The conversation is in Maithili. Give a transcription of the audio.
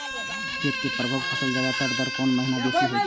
कीट के प्रभाव फसल पर ज्यादा तर कोन महीना बेसी होई छै?